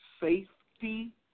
safety